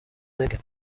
reggae